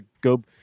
go